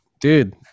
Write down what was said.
dude